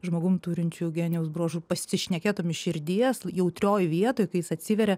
žmogum turinčiu genijaus bruožų pasišnekėtum širdies jautrioj vietoj kai jis atsiveria